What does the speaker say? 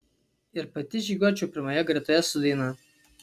ir pati žygiuočiau pirmoje gretoje su daina